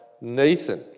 Nathan